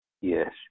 Yes